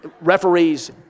referees